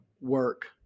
work